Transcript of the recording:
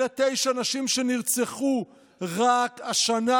אלה עשר נשים שנרצחו רק השנה.